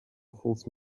false